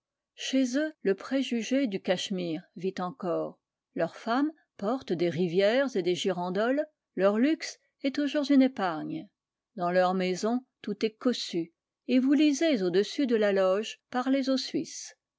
chez eux le préjugé du cachemire vit encore leurs femmes portent des rivières et des girandoles leur luxe est toujours une épargne dans leur maison tout est cossu et vous lisez au-dessus de la loge parlez au suisse